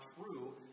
true